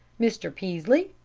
mr. peaslee,